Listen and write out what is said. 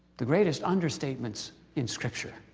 the greatest understatements in scripture.